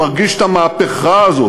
מרגיש את המהפכה הזאת.